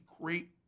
great